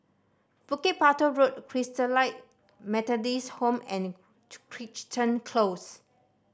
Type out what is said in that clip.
Bukit Batok Road Christalite Methodist Home and Crichton Close